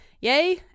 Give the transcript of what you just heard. yay